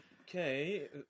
Okay